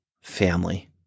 family